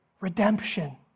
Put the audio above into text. Redemption